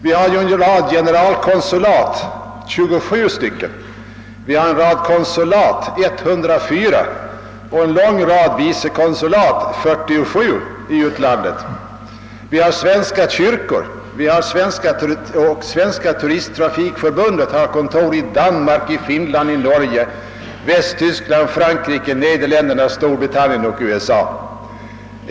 Vi har ju en rad generalkonsulat — 27 stycken — vi har en rad konsulat — 104 stycken — och vi har en rad vicekonsulat — 47 stycken — i utlandet. Vi har också svenska kyrkor utomlands. Vidare har Svenska turisttrafikförbundet kontor i Danmark, Finland, Norge, Västtyskland, Frankrike, Nederländerna, Storbritannien och USA.